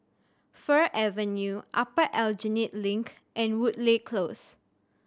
Fir Avenue Upper Aljunied Link and Woodleigh Close